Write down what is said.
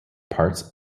parts